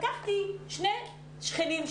שאלתי את שכניי,